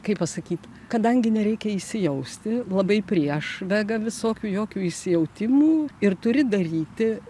kaip pasakyt kadangi nereikia įsijausti labai prieš vegą visokių jokių įsijautimų ir turi daryti